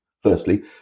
firstly